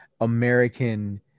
american